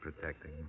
protecting